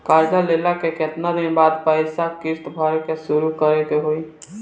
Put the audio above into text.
कर्जा लेला के केतना दिन बाद से पैसा किश्त भरे के शुरू करे के होई?